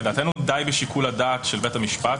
די בשיקול הדעת של בית המשפט,